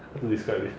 describe him